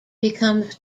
becomes